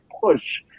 push